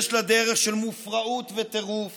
יש לה דרך של מופרעות וטירוף